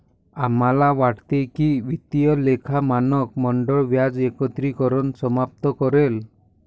आम्हाला वाटते की वित्तीय लेखा मानक मंडळ व्याज एकत्रीकरण समाप्त करेल